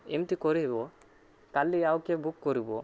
ଏମିତି କରିବ କାଲି ଆଉ କିଏ ବୁକ୍ କରିବ